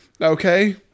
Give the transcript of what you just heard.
Okay